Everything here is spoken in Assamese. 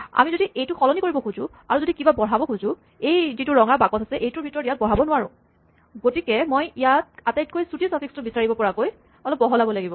আমি যদি এইটো সলনি কৰিব খোজো আৰু যদি কিবা বঢ়াব খোজো এই ৰঙা বাকচটোৰ ভিতৰত ইয়াক বঢ়াব নোৱাৰোঁ গতিকে মই ইয়াক আটাইতকৈ চুটি চাফিক্সটো বিচাৰিব পৰাকৈ বহলাব লাগিব